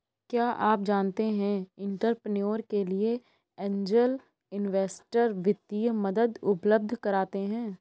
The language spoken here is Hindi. क्या आप जानते है एंटरप्रेन्योर के लिए ऐंजल इन्वेस्टर वित्तीय मदद उपलब्ध कराते हैं?